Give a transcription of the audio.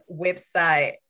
website